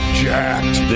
jacked